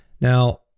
Now